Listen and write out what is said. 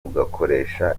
ugakoresha